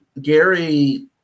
Gary